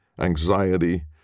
anxiety